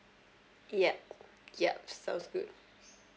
ya ya sounds good